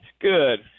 Good